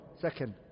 Second